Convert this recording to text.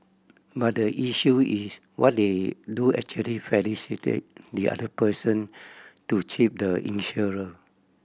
but the issue is what they do actually the other person to cheat the insurer